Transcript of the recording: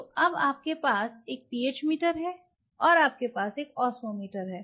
तो अब आपके पास एक पीएच मीटर है और आपके पास एक ओस्मोमीटर है